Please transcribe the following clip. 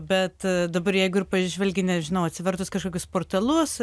bet dabar jeigu ir pažvelgi nežinau atsivertus kažkokius portalus